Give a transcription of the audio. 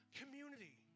community